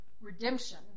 redemption